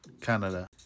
Canada